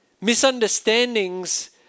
Misunderstandings